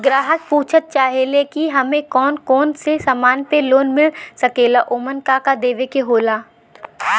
ग्राहक पुछत चाहे ले की हमे कौन कोन से समान पे लोन मील सकेला ओमन का का देवे के होला?